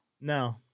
No